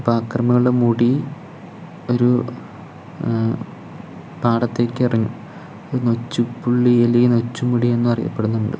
അപ്പോൾ അക്രമികളുടെ മുടി ഒരു പാടത്തേക്കെറിഞ്ഞു നൊച്ചുപ്പുള്ളിയെലി നൊച്ചുമുടി എന്നും അറിയപ്പെടുന്നുണ്ട്